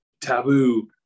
taboo